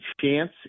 chance